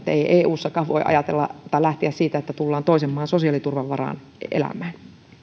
että ei eussakaan voi lähteä siitä että tullaan toisen maan sosiaaliturvan varaan elämään